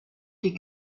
die